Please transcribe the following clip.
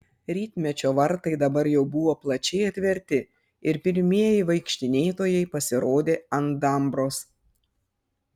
rytmečio vartai dabar jau buvo plačiai atverti ir pirmieji vaikštinėtojai pasirodė ant dambos